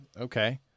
okay